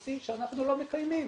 FCTC שאנחנו לא מקיימים.